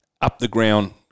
up-the-ground